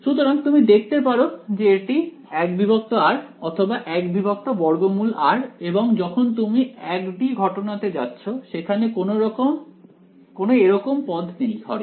সুতরাং তুমি দেখতে পারো যে এটি 1r অথবা 1√r এবং যখন তুমি 1 D ঘটনাতে যাচ্ছ সেখানে কোনো এরকম পদ নেই হরে